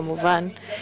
כמובן,